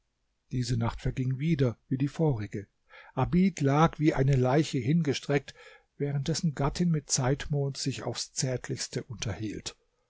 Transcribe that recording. diese nacht verging wieder wie die vorige abid lag wie eine leiche hingestreckt während dessen gattin mit zeitmond sich aufs zärtlichste unterhielt